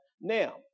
Now